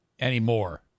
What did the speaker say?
anymore